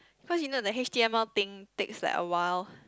cause you know the H_T_M_L thing takes like a while